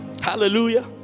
Hallelujah